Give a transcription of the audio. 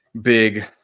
big